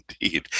Indeed